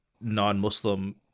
non-muslim